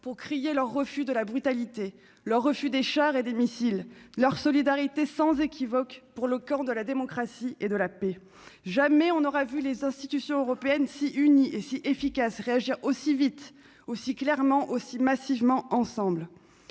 pour crier leur refus de la brutalité, leur refus des chars et des missiles, leur solidarité sans équivoque avec le camp de la démocratie et de la paix. Jamais on n'aura vu les institutions européennes si unies et si efficaces, réagir si vite, si clairement et si massivement, ensemble.